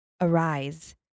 Arise